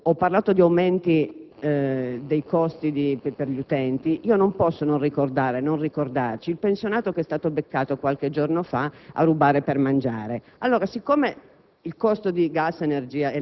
Taglio. Ho parlato di aumenti dei costi per gli utenti. Non posso non ricordare il pensionato che è stato beccato qualche giorno fa a rubare per mangiare. Siccome